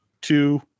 two